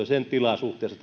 sen tilaa suhteessa